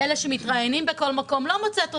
אלה שמתראיינים בכל מקום לא מוצאת אותם.